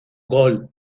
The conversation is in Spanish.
gol